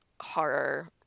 horror